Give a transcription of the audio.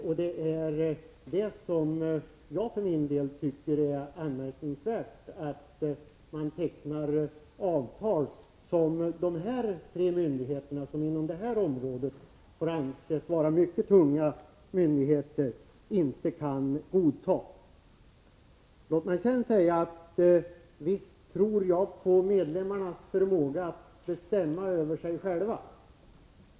Jag tycker för min del att det är anmärkningsvärt att man tecknar avtal som dessa tre myndigheter, som inom det här området får anses vara mycket tunga myndigheter, inte kan godta. Låt mig sedan säga att visst tror jag på medlemmarnas förmåga att bestämma över sig själva.